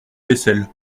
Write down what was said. vaisselle